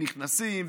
נכנסים,